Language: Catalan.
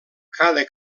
cada